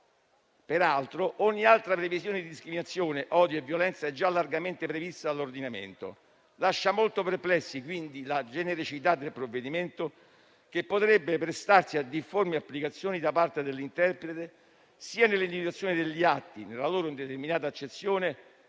peraltro, ogni altra previsione di discriminazione, odio e violenza è già largamente prevista dall'ordinamento; lascia molto perplessi quindi la genericità del provvedimento, che potrebbe prestarsi a difformi applicazioni da parte dell'interprete, sia nell'individuazione degli atti nella loro indeterminata accezione,